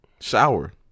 Shower